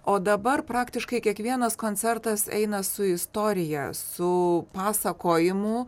o dabar praktiškai kiekvienas koncertas eina su istorija su pasakojimu